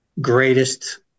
greatest